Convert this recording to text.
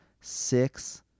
six